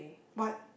but